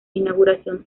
inauguración